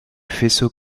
faisceau